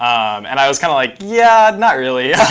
um and i was kind of like, yeah, not really.